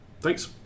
Thanks